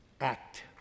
Act